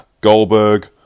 Goldberg